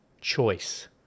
choice